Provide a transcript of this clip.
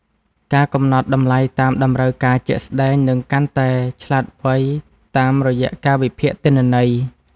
ការកំណត់តម្លៃតាមតម្រូវការជាក់ស្ដែង នឹងកាន់តែឆ្លាតវៃតាមរយៈការវិភាគទិន្នន័យ។